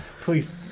Please